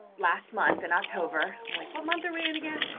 last month in october. like, what month are we in again?